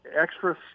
extra